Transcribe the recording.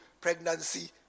pregnancy